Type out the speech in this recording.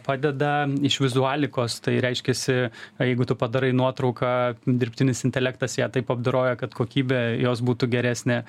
padeda iš vizualikos tai reiškiasi jeigu tu padarai nuotrauką dirbtinis intelektas ją taip apdoroja kad kokybė jos būtų geresnė